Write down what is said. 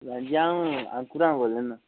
madam ji अं'ऊ अंकु राम बोलै ना